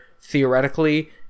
theoretically